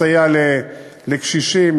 מסייע לקשישים,